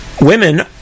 women